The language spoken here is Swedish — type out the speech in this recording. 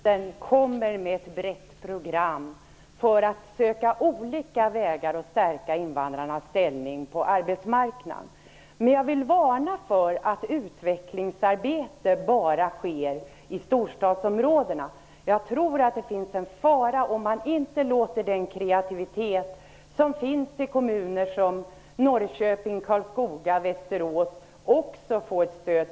Herr talman! Det är bra, och jag ser positivt på att invandrarministern kommer med ett brett program för att söka olika vägar att stärka invandrarnas ställning på arbetsmarknaden. Men jag vill varna för att utvecklingsarbetet bara sker i storstadsområdena. Jag tror att det ligger en fara i att inte låta den kreativitet som finns i kommuner som Norrköping, Karlskoga och Västerås också få stöd.